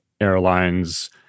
airlines